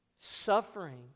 suffering